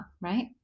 Right